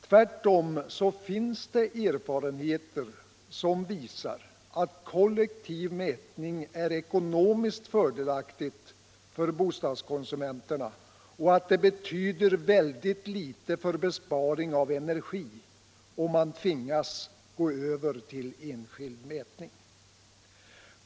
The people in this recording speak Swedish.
Tvärtom finns det erfarenheter som visar att kollektiv mätning är ekonomiskt fördelaktig för bostadskonsumenterna och att det betyder väldigt litet för besparing av energi om man tvingas gå över till enskild mätning.